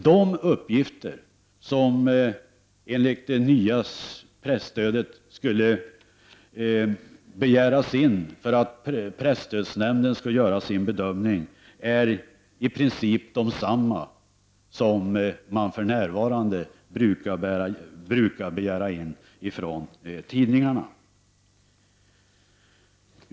De uppgifter som skulle begäras in för det nya presstödet för att presstödsnämnden skall kunna göra sin bedömning är i princip desamma som för närvarande brukar begäras in från tidningarna.